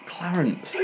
Clarence